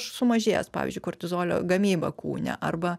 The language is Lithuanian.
sumažėjęs pavyzdžiui kortizolio gamybą kūne arba